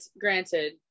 granted